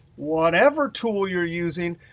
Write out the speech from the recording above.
whatever tool you're using,